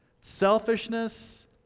selfishness